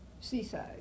Seaside